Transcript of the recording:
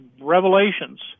revelations